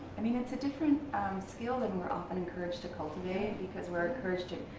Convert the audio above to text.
i mean it's a different skill than we're often encouraged to cultivate. because we're encouraged to,